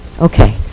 Okay